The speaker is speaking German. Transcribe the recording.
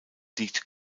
liegt